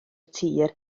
tir